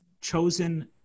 chosen